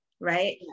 right